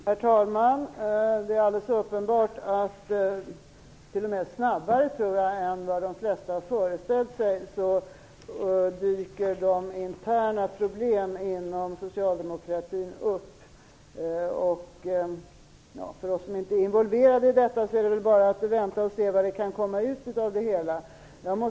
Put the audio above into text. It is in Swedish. Herr talman! Det är alldeles uppenbart att t.o.m. snabbare, tror jag, än vad de flesta föreställt sig dyker de interna problemen inom socialdemokratin upp. För oss som inte är involverade i detta är det väl bara att vänta och se vad som kan komma ut av det hela.